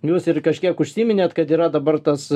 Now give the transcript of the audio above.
jūs ir kažkiek užsiminėt kad yra dabar tas